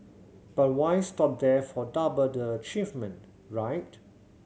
but why stop there for double the achievement right